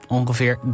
Ongeveer